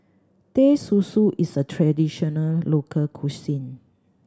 Teh Susu is a traditional local cuisine